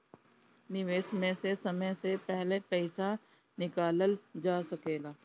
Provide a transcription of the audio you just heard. निवेश में से समय से पहले पईसा निकालल जा सेकला?